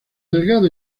delgado